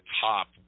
top